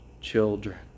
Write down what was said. children